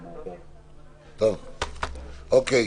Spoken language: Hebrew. אוקיי.